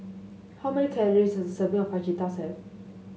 how many calories is a serving of Fajitas have